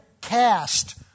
cast